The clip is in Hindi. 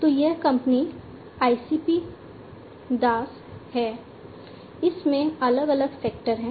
तो यह कंपनी ICP DAS है जिसमें अलग अलग सेक्टर हैं